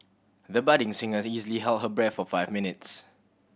the budding singer has easily held her breath for five minutes